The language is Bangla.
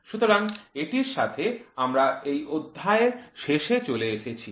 সুতরাং এটির সাথে আমরা এই অধ্যায়ের শেষে চলে এসেছি